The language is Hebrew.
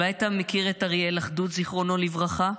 אולי אתה מכיר את אריאל אחדות, זיכרונו לברכה?